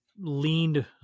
leaned